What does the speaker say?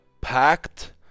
packed